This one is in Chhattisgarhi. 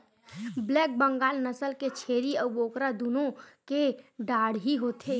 ब्लैक बंगाल नसल के छेरी अउ बोकरा दुनो के डाढ़ही होथे